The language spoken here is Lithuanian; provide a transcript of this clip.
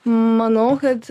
manau kad